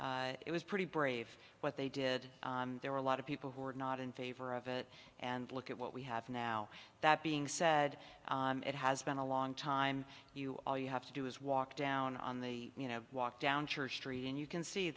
think it was pretty brave what they did there were a lot of people who were not in favor of it and look at what we have now that being said it has been a long time you all you have to do is walk down on the you know walk down church street and you can see